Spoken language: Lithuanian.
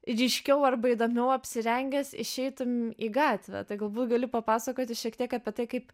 ryškiau arba įdomiau apsirengęs išeitumei į gatvę tai galbūt gali papasakoti šiek tiek apie tai kaip